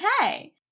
okay